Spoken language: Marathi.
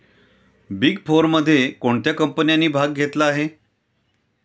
बिग फोरमध्ये कोणत्या कंपन्यांनी भाग घेतला आहे?